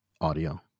audio